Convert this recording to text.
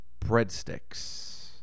breadsticks